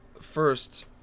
First